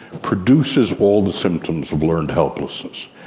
produces all the symptoms of learned helplessness.